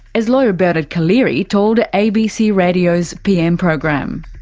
as lawyer bernard collaery told abc radio's pm program.